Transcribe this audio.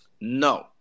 No